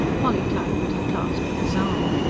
polly tightened her clasp of his arm.